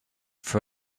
for